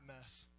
mess